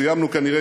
סיימנו כנראה,